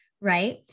right